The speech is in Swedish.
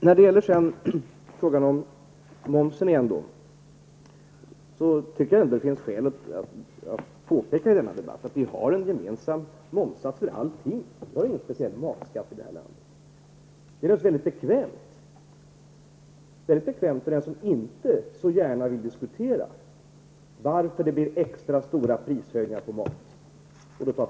När det gäller momsen tycker jag att det finns skäl att påpeka att vi har en gemensam momssats för alla varor. Vi har ingen speciell matskatt. Det är naturligtvis väldigt bekvämt för dem som inte så gärna vill diskutera varför det blir extra stora prishöjningar på maten och annat.